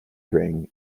ring